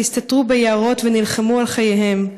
הסתתרו ביערות ונלחמו על חייהם,